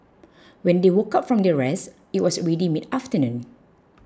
when they woke up from their rest it was already mid afternoon